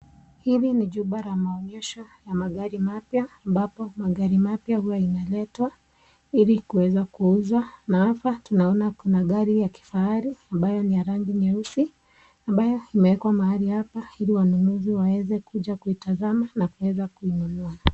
hili ni juba la maonyesho ya magari mapya, ambapo magari mapya huwa inaletwa ilikuweza kuuzwa, na hapa tunaona gari ambayo ni ya kifahari ambayo ni ya rangi nyeusi, ambayo imewekwa mahali hapa ili wanunuzi waeze kuja kuitazama na kuweza kununua.